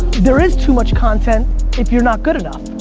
there is too much content if you're not good enough.